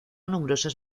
numerosas